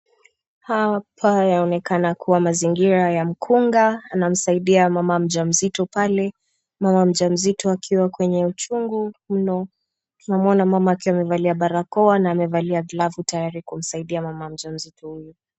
Hapa yaonekana kuwa mazingira ya mkunga anamsaidia mama mjamzito pale, mama mjamzito akiwa kwenye uchungu mno, tunamuona mama akiwa amevalia barakoa na amevalia glavu tayari kumsaidia mama mjamzito huyu.